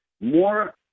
more